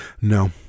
no